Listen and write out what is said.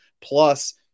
plus